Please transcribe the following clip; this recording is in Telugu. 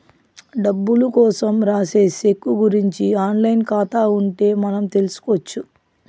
డబ్బులు కోసం రాసే సెక్కు గురుంచి ఆన్ లైన్ ఖాతా ఉంటే మనం తెల్సుకొచ్చు